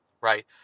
right